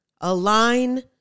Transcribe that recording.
Align